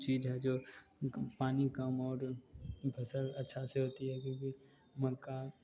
चीज़ है जो पानी कम और फ़सल अच्छे से होती है क्योंकि मक्का